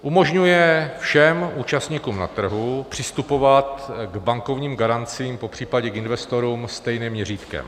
Umožňuje všem účastníkům na trhu přistupovat k bankovním garancím, popřípadě investorům, stejným měřítkem.